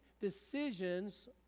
decisions